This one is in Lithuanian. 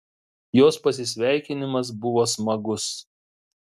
jos pasisveikinimas buvo smagus